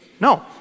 No